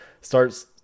starts